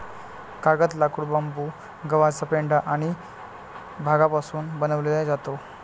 कागद, लाकूड, बांबू, गव्हाचा पेंढा आणि भांगापासून बनवले जातो